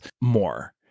more